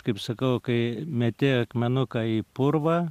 kaip sakau kai meti akmenuką į purvą